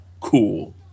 cool